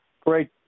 Great